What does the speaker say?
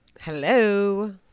Hello